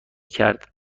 کرد